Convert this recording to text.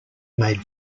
made